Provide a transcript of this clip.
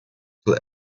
zur